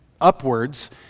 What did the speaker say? upwards